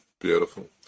beautiful